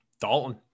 Dalton